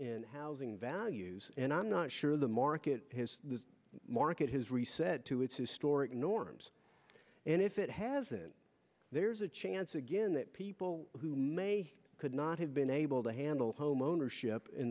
in housing values and i'm not sure the market has the market has reset to its historic norms and if it hasn't there's a chance again that people who could not have been able to handle homeownership in